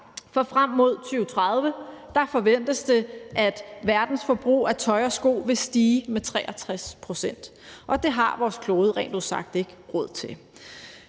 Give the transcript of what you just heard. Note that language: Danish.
for frem imod 2030 forventes det, at verdens forbrug af tøj og sko vil stige med 63 pct., og det har vores klode rent ud sagt ikke råd til.